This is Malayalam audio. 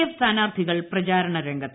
എഫ് പ്രസ്മാനാർത്ഥികൾ പ്രചാരണ രംഗത്ത്